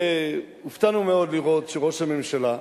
הופתענו מאוד לראות שראש הממשלה,